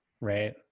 right